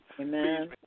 amen